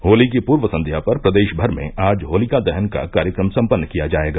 होली की पूर्व संध्या पर प्रदेश भर में आज होलिका दहन का कार्यक्रम सम्पन्न किया जायेगा